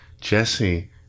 Jesse